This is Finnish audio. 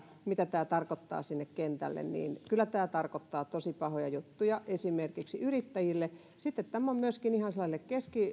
mitä tämä tarkoittaa sinne kentälle niin kyllä tarkoittaa tosi pahoja juttuja esimerkiksi yrittäjille tämä on paha myöskin ihan sellaiselle